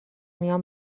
میان